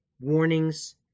warnings